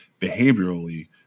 behaviorally